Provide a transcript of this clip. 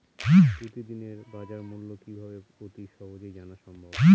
প্রতিদিনের বাজারমূল্য কিভাবে অতি সহজেই জানা সম্ভব?